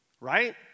right